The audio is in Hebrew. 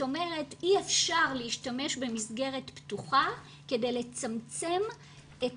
אי אפשר להשתמש במסגרת פתוחה כדי לצמצם את